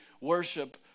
worship